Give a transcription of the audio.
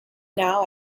now